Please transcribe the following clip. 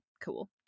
cool